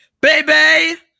baby